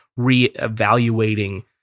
re-evaluating